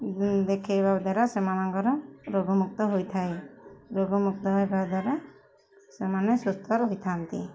ଦେଖାଇବା ଦ୍ୱାରା ସେମାନଙ୍କର ରୋଗମୁକ୍ତ ହେଇଥାଏ ରୋଗମୁକ୍ତ ହେବା ଦ୍ୱାରା ସେମାନେ ସୁସ୍ଥ ରହିଥାନ୍ତି